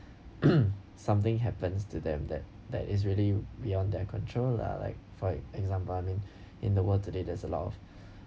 something happens to them that that is really beyond their control lah like for example I mean in the world today there's a lot of